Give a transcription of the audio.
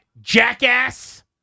jackass